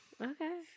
Okay